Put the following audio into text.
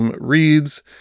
reads